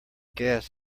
gas